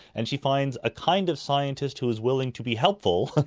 and she finds a kind of scientist who is willing to be helpful,